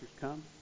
come